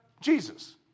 Jesus